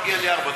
אז מגיע לי ארבע.